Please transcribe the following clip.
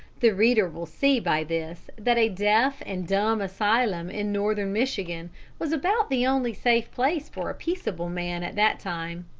the reader will see by this that a deaf and dumb asylum in northern michigan was about the only safe place for a peaceable man at that time.